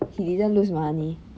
he didn't lose money